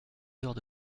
heures